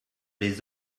les